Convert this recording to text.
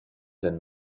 than